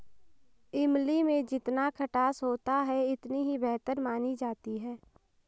इमली में जितना खटास होता है इतनी ही बेहतर मानी जाती है